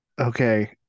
Okay